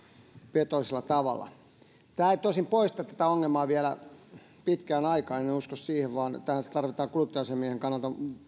petollisella tavalla se ei tosin poista tätä ongelmaa vielä pitkään aikaan en usko siihen vaan se tarkoittaa kuluttaja asiamiehen kannalta